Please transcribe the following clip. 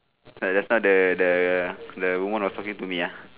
like just now the the the woman was talking to me uh